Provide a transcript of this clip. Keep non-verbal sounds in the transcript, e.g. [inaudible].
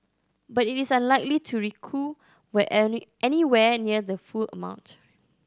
but it is unlikely to recoup [unintelligible] anywhere near the full amount